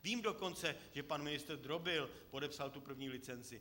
Vím dokonce, že pan ministr Drobil podepsal tu první licenci.